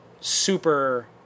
super